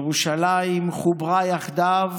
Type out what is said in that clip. ירושלים חוברה יחדיו